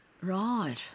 Right